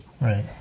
Right